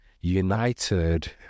United